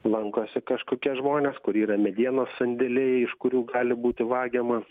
lankosi kažkokie žmonės kur yra medienos sandėliai iš kurių gali būti vagiama